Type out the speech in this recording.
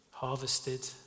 Harvested